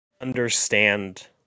understand